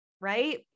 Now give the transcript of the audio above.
right